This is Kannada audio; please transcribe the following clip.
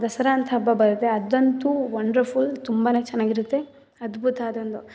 ದಸರಾ ಅಂತ ಹಬ್ಬ ಬರುತ್ತೆ ಅದಂತೂ ವಂಡ್ರಫುಲ್ ತುಂಬ ಚೆನ್ನಾಗಿರುತ್ತೆ ಅದ್ಭುತ ಅದೊಂದು